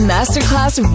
Masterclass